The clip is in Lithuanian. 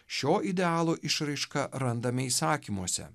šio idealo išraišką randame įsakymuose